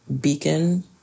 Beacon